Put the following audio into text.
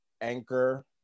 Anchor